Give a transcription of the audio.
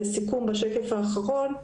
לסיכום, בשקף האחרון: